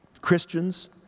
Christians